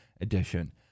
Edition